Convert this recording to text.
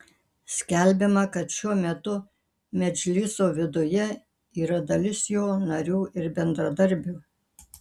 skelbiama kad šiuo metu medžliso viduje yra dalis jo narių ir bendradarbių